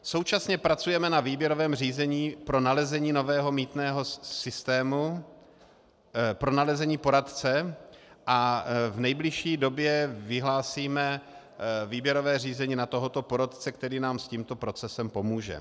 Současně pracujeme na výběrovém řízení pro nalezení nového mýtného systému, pro nalezení poradce a v nejbližší době vyhlásíme výběrové řízení na tohoto poradce, který nám s tímto procesem pomůže.